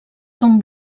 són